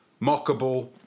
mockable